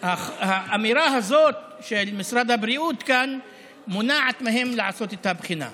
האמירה הזאת של משרד הבריאות כאן מונעת מהם לעשות את הבחינה.